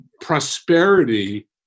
prosperity